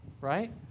right